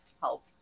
help